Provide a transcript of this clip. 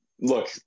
look